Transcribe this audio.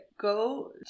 go